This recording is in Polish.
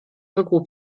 wygłu